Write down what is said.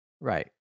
Right